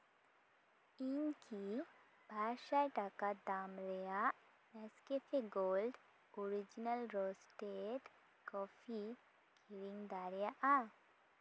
ᱤᱧ ᱠᱤ ᱵᱟᱨ ᱥᱟᱭ ᱴᱟᱠᱟ ᱫᱟᱢ ᱨᱮᱭᱟᱜ ᱥᱠᱮᱯᱷᱤᱠ ᱜᱳᱞᱰ ᱚᱨᱤᱡᱤᱱᱟᱞ ᱨᱳᱥᱴᱮᱰ ᱵᱮᱠᱠᱷᱟ ᱠᱤᱨᱤᱧᱤᱧ ᱫᱟᱲᱮᱭᱟᱜᱼᱟ